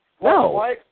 No